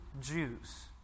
Jews